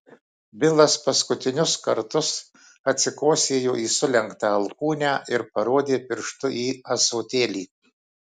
bilas paskutinius kartus atsikosėjo į sulenktą alkūnę ir parodė pirštu į ąsotėlį